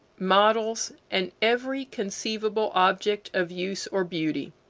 models, and every conceivable object of use or beauty.